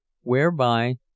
whereby